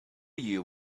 you